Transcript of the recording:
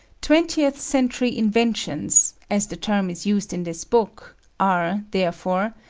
twentieth century inventions as the term is used in this book are, therefore,